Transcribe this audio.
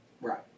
Right